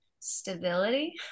stability